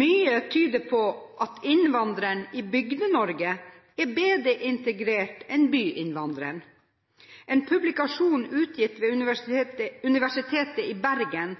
Mye tyder på at innvandreren i Bygde-Norge er bedre integrert enn byinnvandreren. En publikasjon utgitt ved Universitetet i Bergen